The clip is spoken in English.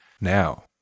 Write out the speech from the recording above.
Now